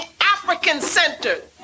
African-centered